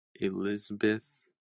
Elizabeth